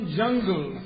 jungle